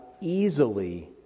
easily